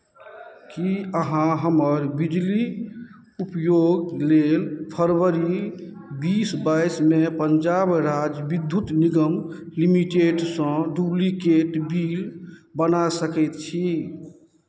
की अहाँ हमर बिजली उपयोग लेल फरवरी बीस बाइसमे पंजाब राज्य बिद्युत निगम लिमिटेडसँ डुप्लिकेट बिल बना सकैत छी